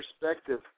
perspective